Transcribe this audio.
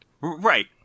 right